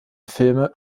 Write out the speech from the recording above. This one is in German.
filme